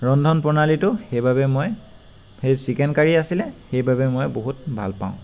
ৰন্ধন প্ৰণালীটো সেই বাবে মই সেই চিকেন কাৰী আছিলে সেই বাবে মই বহুত ভাল পাওঁ